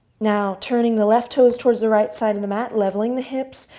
now, turning the left toes towards the right side of the mat, leveling the hips,